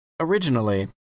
Originally